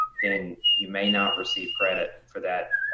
then you may not receive credit for that